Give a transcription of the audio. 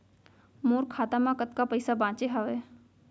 मोर खाता मा कतका पइसा बांचे हवय?